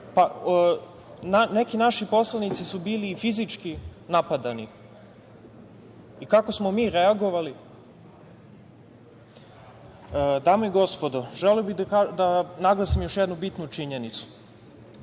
Neki naši poslanici su bili fizički napadani i kako smo mi reagovali? Dame i gospodo, želeo bih da naglasim jednu bitnu činjenicu.